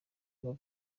aba